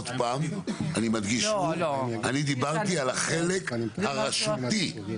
אני דיברתי על החלק הרשותי,